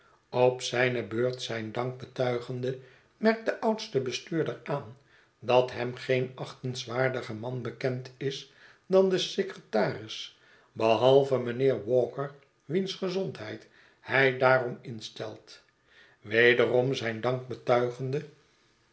op zijne beurt zijn dank betuigende merkt de oudste bestuurder aan dat hem geen achtingswaardiger man bekend is dan de secretaris behalve mynheer walker wiens gezondheid hij daarom instelt wederom zijn dank betuigende